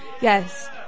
Yes